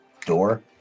door